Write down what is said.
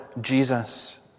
Jesus